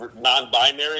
non-binary